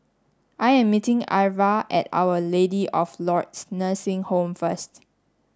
I am meeting Irva at our lady of Lourdes Nursing home first